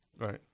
right